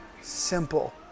simple